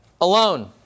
alone